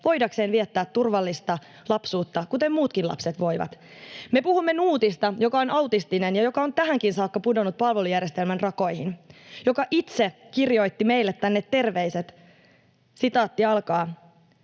voidakseen viettää turvallista lapsuutta kuten muutkin lapset voivat. Me puhumme Nuutista, joka on autistinen ja joka on tähänkin saakka pudonnut palvelujärjestelmän rakoihin ja joka itse kirjoitti meille tänne terveiset: ”Haluaisin